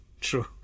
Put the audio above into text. true